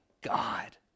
God